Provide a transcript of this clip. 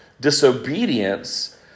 disobedience